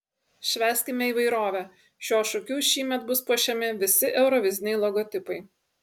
švęskime įvairovę šiuo šūkiu šįmet bus puošiami visi euroviziniai logotipai